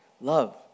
love